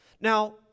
Now